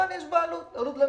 אבל יש בה עלות למדינה.